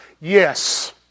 Yes